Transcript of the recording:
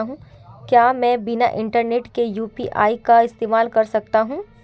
क्या मैं बिना इंटरनेट के यू.पी.आई का इस्तेमाल कर सकता हूं?